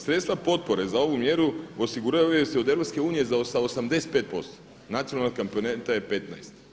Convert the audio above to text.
Sredstva potpore za ovu mjeru osiguravaju se od EU sa 85%, nacionalna komponenta je 15.